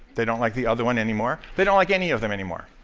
they don't like the other one anymore, they don't like any of them anymore.